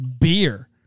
beer